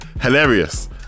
hilarious